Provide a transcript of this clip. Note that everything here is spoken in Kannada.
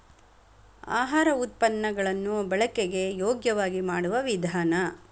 ಆಹಾರ ಉತ್ಪನ್ನ ಗಳನ್ನು ಬಳಕೆಗೆ ಯೋಗ್ಯವಾಗಿ ಮಾಡುವ ವಿಧಾನ